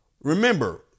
remember